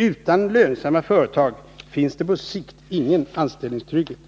Utan lönsamma företag finns det på sikt ingen anställningstrygghet.